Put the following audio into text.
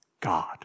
God